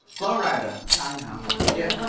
flo rida. yeah, i know. yeah